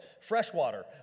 freshwater